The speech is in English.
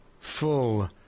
full